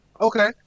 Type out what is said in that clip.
Okay